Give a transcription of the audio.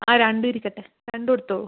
ആ രണ്ടും ഇരിക്കട്ടെ രണ്ടും എടുത്തോ